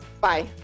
Bye